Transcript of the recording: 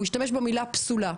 הוא השתמש במילה "פסולה".